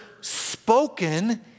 spoken